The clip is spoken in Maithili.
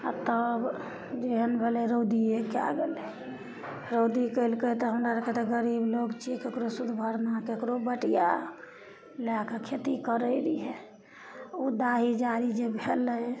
आओर तब जेहन भेलय रौदिये कए गेलय रौदी कयलकय तऽ हमरा अरके तऽ गरीब लोग छियै ककरो सूद भरना ककरो बटिआ लएके खेती करय रहियै उ डाही जारी जे भेलय